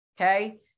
okay